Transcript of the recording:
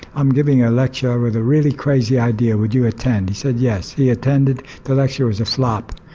i'm giving a lecture with a really crazy idea will you attend? he said yes, he attended, the lecture was a flop.